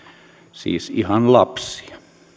siis ihan lapsia